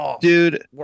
Dude